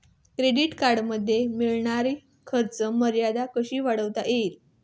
Credit कार्डमध्ये मिळणारी खर्च मर्यादा कशी वाढवता येईल?